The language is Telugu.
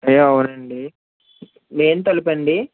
అవునండి మెయిన్ తలుపు అండి